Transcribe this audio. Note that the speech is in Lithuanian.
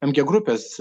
mg grupės